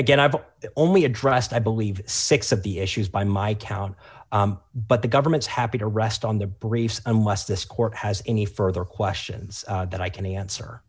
again i've only addressed i believe six of the issues by my count but the government's happy to rest on the briefs unless this court has any further questions that i can answer